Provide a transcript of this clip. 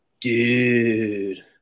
dude